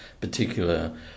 particular